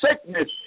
sickness